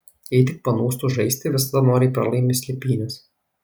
jei tik panūstu žaisti visada noriai pralaimi slėpynes